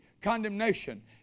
condemnation